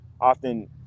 often